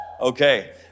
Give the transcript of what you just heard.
Okay